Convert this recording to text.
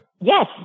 Yes